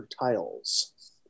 tiles